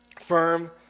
firm